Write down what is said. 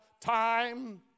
time